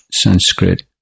Sanskrit